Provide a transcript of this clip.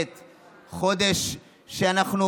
חודש אדר ב',